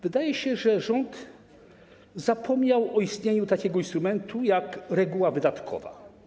Wydaje się, że rząd zapomniał o istnieniu takiego instrumentu jak reguła wydatkowa.